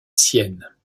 sienne